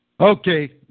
okay